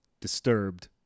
disturbed